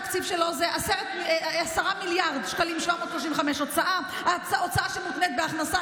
התקציב שלו זה 10.735 מיליארד שקלים הוצאה שמותנית בהכנסה,